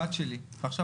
הבת שלי עכשיו,